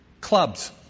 Clubs